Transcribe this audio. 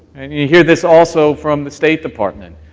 and you hear this also from the state department,